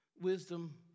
wisdom